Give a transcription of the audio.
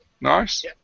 Nice